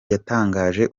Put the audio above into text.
yatangije